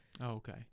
okay